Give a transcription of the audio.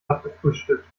abgefrühstückt